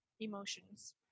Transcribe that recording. Emotions